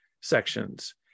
sections